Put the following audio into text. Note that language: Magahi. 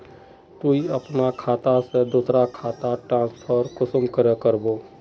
तुई अपना खाता से दूसरा खातात ट्रांसफर कुंसम करे करबो?